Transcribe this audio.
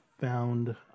found